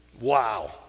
Wow